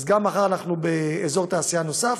אז גם, מחר אנחנו באזור תעשייה נוסף,